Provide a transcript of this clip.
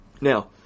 Now